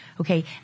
Okay